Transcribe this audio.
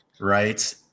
right